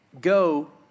go